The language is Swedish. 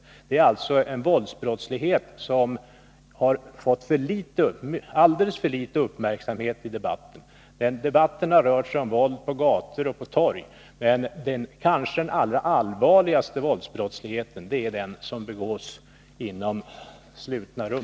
Det är alltså en våldsbrottslighet som har fått alldeles för liten uppmärksamhet i debatten. Debatten har rört sig om våld på gator och torg, men den kanske allra allvarligaste våldsbrottsligheten är den som begås i slutna rum.